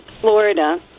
Florida